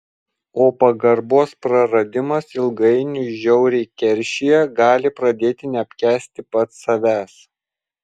o pagarbos praradimas ilgainiui žiauriai keršija gali pradėti neapkęsti pats savęs